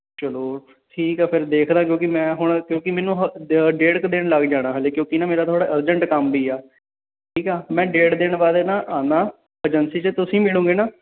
ਚਲੋ ਠੀਕ ਆ ਫਿਰ ਦੇਖਦਾ ਕਿਉਂਕਿ ਮੈਂ ਹੁਣ ਕਿਉਂਕਿ ਮੈਨੂੰ ਹ ਡੇਢ ਕੁ ਦਿਨ ਲੱਗ ਜਾਣਾ ਹਜੇ ਕਿਉਂਕਿ ਨਾ ਮੇਰਾ ਥੋੜ੍ਹਾ ਅਰਜੈਂਟ ਕੰਮ ਵੀ ਆ ਠੀਕ ਆ ਮੈਂ ਡੇਢ ਦਿਨ ਬਾਅਦ ਨਾ ਆਉਂਦਾ ਏਜੰਸੀ 'ਚ ਤੁਸੀਂ ਮਿਲੋਂਗੇ ਨਾ